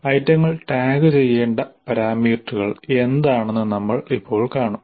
ഐറ്റങ്ങൾ ടാഗുചെയ്യേണ്ട പാരാമീറ്ററുകൾ എന്താണെന്ന് നമ്മൾ ഇപ്പോൾ കാണും